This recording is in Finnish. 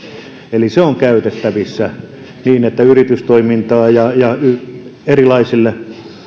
eli se on käytettävissä niin että yritystoiminnalle ja erilaisille